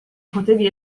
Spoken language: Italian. potevi